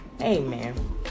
Amen